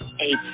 Eight